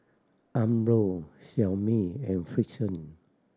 Umbro Xiaomi and Frixion